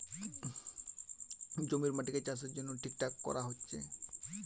জমির মাটিকে চাষের জন্যে ঠিকঠাক কোরা হচ্ছে